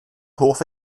hoff